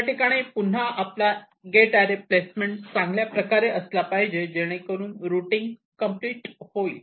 याठिकाणी पुन्हा आपला गेट अरे प्लेसमेंट चांगल्या प्रकारे असला पाहिजे जेणेकरून रुटींग कम्प्लीट होईल